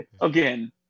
Again